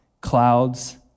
clouds